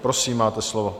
Prosím, máte slovo.